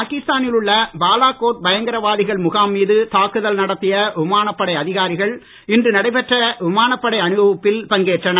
பாகிஸ்தானில் உள்ள பாலக்கோட் பயங்கரவாதிகள் முகாம் மீது தாக்குதல் நடத்திய விமானப்படை அதிகாரிகள் இன்று நடைபெற்ற விமானப்படை அணிவகுப்பில் பங்கேற்றனர்